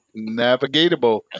Navigatable